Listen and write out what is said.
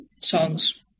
songs